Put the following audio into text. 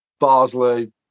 Barsley